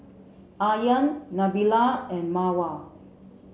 Aryan Nabila and Mawar